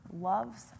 loves